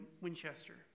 Winchester